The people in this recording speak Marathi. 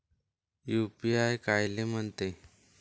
यू.पी.आय कायले म्हनते?